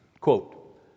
quote